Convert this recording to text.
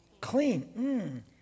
clean